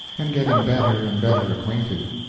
and getting better and better acquainted.